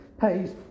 pays